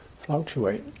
fluctuate